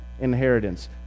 inheritance